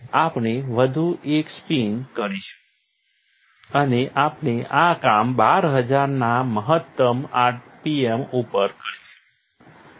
આપણે વધુ એક સ્પિન કરીશું અને આપણે આ કામ 12000 ના મહત્તમ RPM ઉપર કરીશું